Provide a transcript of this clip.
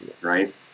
right